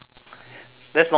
that's not weird